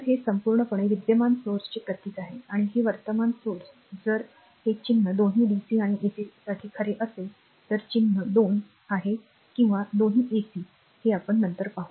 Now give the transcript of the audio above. तर हे संपूर्णपणे विद्यमान स्त्रोताचे प्रतीक आहे आणि हे वर्तमान स्त्रोत जर हे चिन्ह दोन्ही dc आणि ac साठी खरे असेल तर चिन्ह दोन आहे किंवा दोन्ही ac हे आपण नंतर पाहू